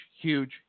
huge